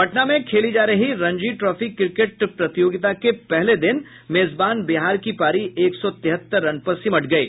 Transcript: पटना में खेले जा रहे रणजी ट्राफी क्रिकेट मुकाबले के पहले दिन मेजबान बिहार की पारी एक सौ तिहत्तर रन पर सिमट गयी